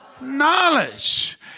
knowledge